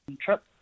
trip